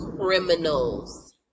criminals